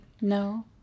No